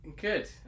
Good